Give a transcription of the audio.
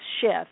shift